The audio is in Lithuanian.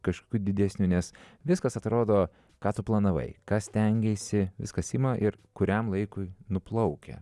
kažkokių didesnių nes viskas atrodo ką tu planavai ką stengeisi viskas ima ir kuriam laikui nuplaukia